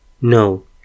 No